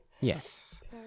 Yes